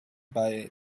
bei